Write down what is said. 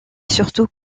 surtout